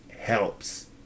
helps